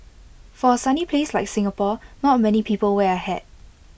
for A sunny place like Singapore not many people wear A hat